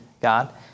God